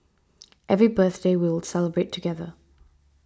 every birthday we'll celebrate together